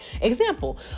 example